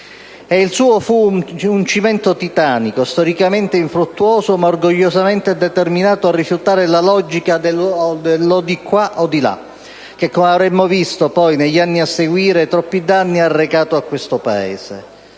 Il suo fu un cimento titanico, storicamente infruttuoso, ma orgogliosamente determinato a rifiutare la logica dell'«o di qua o di là», che, come avremmo visto poi negli anni a seguire, troppi danni ha arrecato a questo Paese.